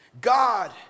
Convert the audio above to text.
God